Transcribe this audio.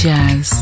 Jazz